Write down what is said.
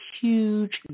huge